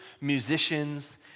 musicians